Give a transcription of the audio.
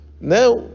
Now